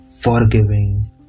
forgiving